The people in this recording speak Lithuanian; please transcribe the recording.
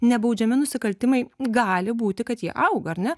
nebaudžiami nusikaltimai gali būti kad jie auga ar ne